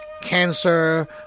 cancer